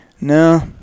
no